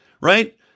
Right